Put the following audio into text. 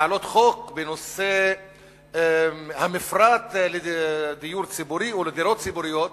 בנושא המפרט בדיור הציבורי או לדירות ציבוריות.